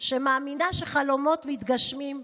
שמאמינה שחלומות מתגשמים,